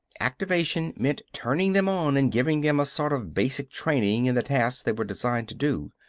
activation meant turning them on and giving them a sort of basic training in the tasks they were designed to do.